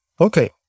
okay